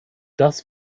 das